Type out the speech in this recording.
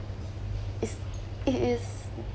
it's it is